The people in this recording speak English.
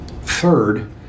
Third